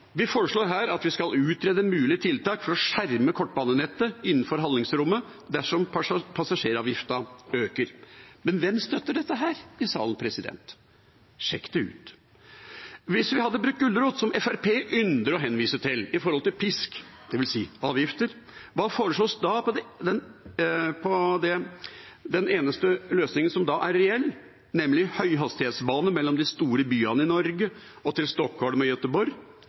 Vi foreslår her at vi skal utrede mulige tiltak for å skjerme kortbanenettet innenfor handlingsrommet dersom passasjeravgiften øker. Men hvem i salen støtter dette? Sjekk det ut. Hvis vi hadde brukt gulrot – som Fremskrittspartiet ynder å henvise til – i stedet for pisk, det vil si avgifter, hva foreslås da? Den eneste løsningen som da er reell, er høyhastighetsbane mellom de store byene i Norge og til Stockholm og til Göteborg: ikke et eneste pip. Med